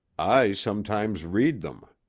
i sometimes read them.